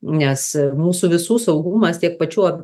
nes mūsų visų saugumas tiek pačių